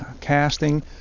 casting